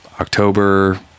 october